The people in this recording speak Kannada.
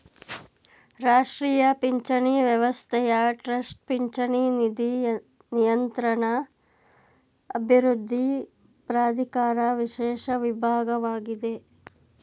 ರಾಷ್ಟ್ರೀಯ ಪಿಂಚಣಿ ವ್ಯವಸ್ಥೆಯ ಟ್ರಸ್ಟ್ ಪಿಂಚಣಿ ನಿಧಿ ನಿಯಂತ್ರಣ ಅಭಿವೃದ್ಧಿ ಪ್ರಾಧಿಕಾರ ವಿಶೇಷ ವಿಭಾಗವಾಗಿದೆ